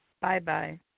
bye-bye